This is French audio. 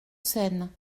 seine